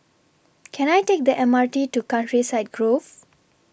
Can I Take The M R T to Countryside Grove